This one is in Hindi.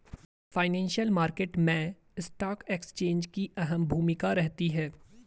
फाइनेंशियल मार्केट मैं स्टॉक एक्सचेंज की अहम भूमिका रहती है